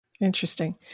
Interesting